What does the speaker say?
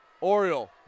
Oriole